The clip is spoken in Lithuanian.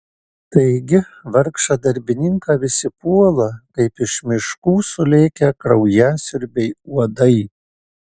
taigi vargšą darbininką visi puola kaip iš miškų sulėkę kraujasiurbiai uodai